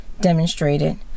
demonstrated